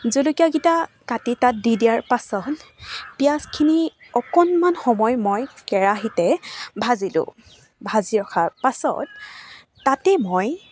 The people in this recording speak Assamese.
জলকীয়াকেইটা কাটি তাত দি দিয়াৰ পাছত পিঁয়াজখিনি অকণমান সময় মই কেৰাহিতে ভাজিলোঁ ভাজি ৰখাৰ পাছত তাতে মই